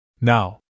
Now